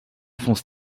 fonce